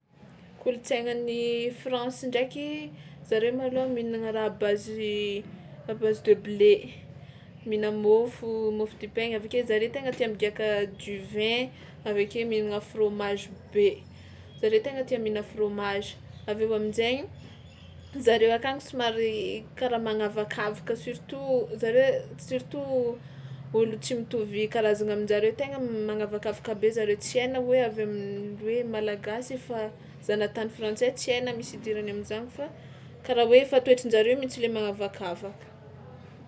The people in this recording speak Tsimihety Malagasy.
Kolontsaignan'ny France ndraiky zareo malôha mihinagna raha à base i à base de blé, mihina môfo môfo dipaigna avy ake zare tegna tia migiàka du vin, avy ake mihinagna fromage be, zare tegna tia mihina fromage, avy eo amin-jaigny zareo akagny somary karaha magnavakavaka surtout zare surtout olo tsy mitovy karazagna amin-jareo tegna magnavakavaka be zareo tsy hay na hoe avy amin'ny hoe malagasy efa zanantany frantsay tsy na misy idirany am'zany fa karaha hoe efa toetrin-jareo mihitsy le magnavakavaka.